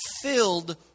filled